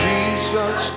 Jesus